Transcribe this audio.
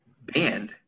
banned